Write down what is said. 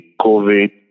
COVID